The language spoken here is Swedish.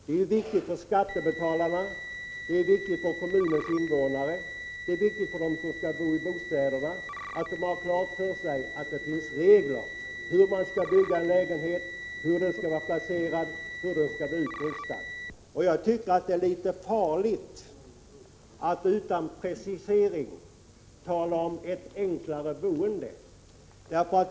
Det är viktigt för skattebetalarna, för kommunens invånare och för dem som skall bo i bostäderna att det finns regler för hur man skall bygga en lägenhet, hur den skall vara placerad och hur den skall vara utrustad. Jag tycker det är litet farligt att utan precisering tala om ett enklare boende.